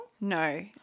No